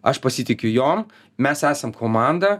aš pasitikiu jom mes esam komanda